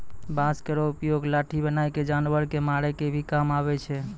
बांस केरो उपयोग लाठी बनाय क जानवर कॅ मारै के भी काम आवै छै